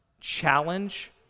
challenge